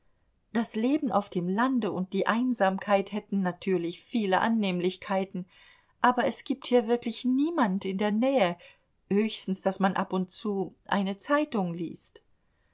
das leben auf dem lande und die einsamkeit hätten natürlich viele annehmlichkeiten aber es gibt hier wirklich niemand in der nähe höchstens daß man ab und zu eine zeitung liest